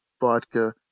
vodka